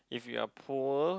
if you're poor